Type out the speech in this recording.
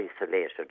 isolated